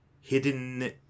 hidden